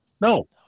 No